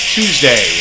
Tuesday